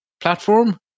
platform